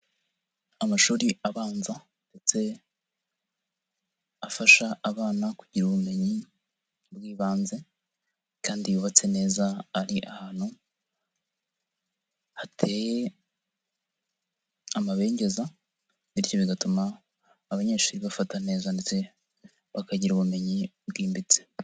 Amashuri abanza ndetse afasha abana kugira ubumenyi bw'ibanze kandi yubatse neza ari ahantu, hateye amabengeza bityo bigatuma abanyeshuri bafata neza ndetse bakagira ubumenyi bwimbitse.